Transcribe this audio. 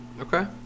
Okay